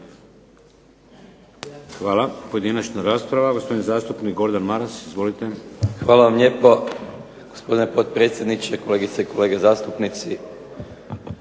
Hvala. Pojedinačna rasprava. Gospodin zastupnik Gordan Maras, izvolite. **Maras, Gordan (SDP)** Hvala vam lijepo, gospodine potpredsjedniče. Kolegice i kolege zastupnici.